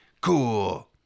Cool